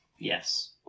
Yes